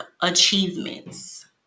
achievements